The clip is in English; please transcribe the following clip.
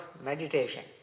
meditation